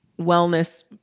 Wellness